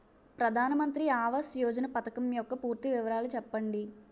ప్రధాన మంత్రి ఆవాస్ యోజన పథకం యెక్క పూర్తి వివరాలు చెప్పండి?